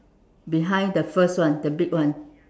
behind the first one the big one